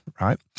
right